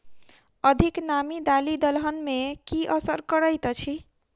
अधिक नामी दालि दलहन मे की असर करैत अछि?